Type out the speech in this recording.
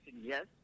yes